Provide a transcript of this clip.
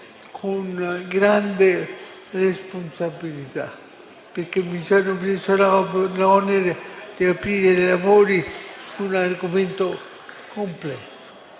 una grande responsabilità, perché mi sono preso l'onere di aprire i lavori su un argomento complesso.